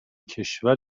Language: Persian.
کشور